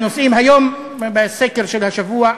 בחלק מהנושאים היום, בסקר של השבוע,